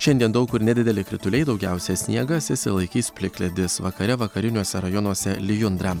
šiandien daug kur nedideli krituliai daugiausia sniegas išsilaikys plikledis vakare vakariniuose rajonuose lijundra